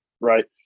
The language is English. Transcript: Right